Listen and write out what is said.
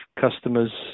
customers